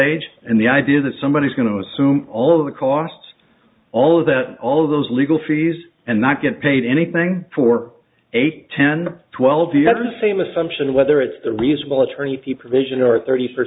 stage and the idea that somebody is going to assume all of the costs all of that all of those legal fees and not get paid anything for eight ten twelve the other same assumption whether it's a reasonable attorney p provision or thirty